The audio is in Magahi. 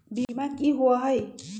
बीमा की होअ हई?